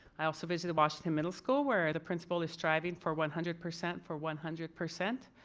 i also visited washington middle school where the principal is striving for one hundred percent for one hundred percent.